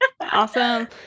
Awesome